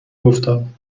گفتم